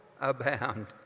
abound